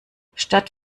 statt